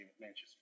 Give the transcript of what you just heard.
Manchester